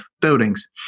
buildings